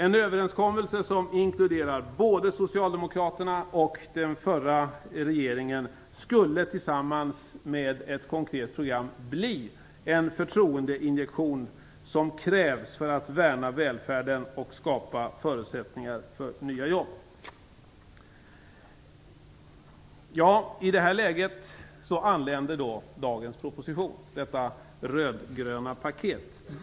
En överenskommelse som inkluderar både socialdemokraterna och den förra regeringen skulle tillsammans med ett konkret program bli den förtroendeinjektion som krävs för att värna välfärden och skapa förutsättningar för nya jobb. I detta läget anländer dagens proposition, detta röd-gröna paket.